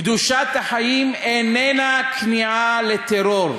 קדושת החיים איננה כניעה לטרור.